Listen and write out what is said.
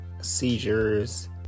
seizures